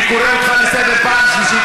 אני קורא אותך לסדר פעם שלישית.